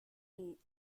and